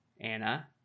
Anna